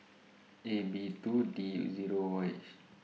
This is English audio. A B two D Zero H